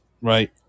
right